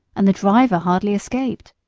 and the driver hardly escaped.